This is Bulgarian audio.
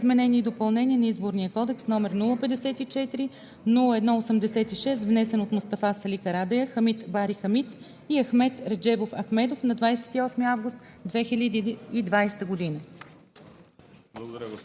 изменение и допълнение на Изборния кодекс, № 054-01-86, внесен от Мустафа Сали Карадайъ, Хамид Бари Хамид и Ахмед Реджебов Ахмедов на 28 август 2020 г.“